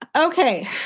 okay